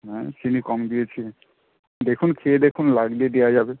হ্যাঁ চিনি কম দিয়েছি দেখুন খেয়ে দেখুন লাগলে দেওয়া যাবে